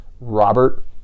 Robert